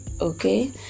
Okay